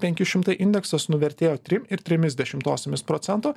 penki šimtai indeksas nuvertėjo trim ir trimis dešimtosiomis procento